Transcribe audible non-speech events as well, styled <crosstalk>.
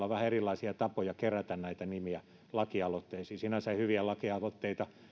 <unintelligible> on vähän erilaisia tapoja kerätä näitä nimiä lakialoitteisiin sinänsä hyviä lakialoitteita